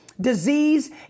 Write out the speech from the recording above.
disease